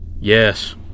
Yes